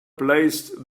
placed